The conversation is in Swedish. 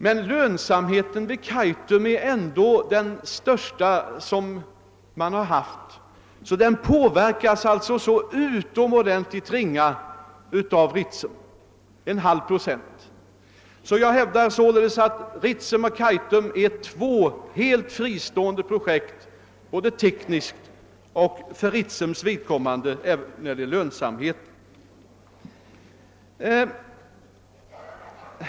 Men lönsamheten i Kaitum är ändå den största man har haft, och den påverkas i mycket ringa utsträckning genom denna halva procent. Jag hävdar således att Ritsem och Kaitum är två helt fristående projekt både tekniskt och för Ritsems vidkom mande även ekonomiskt.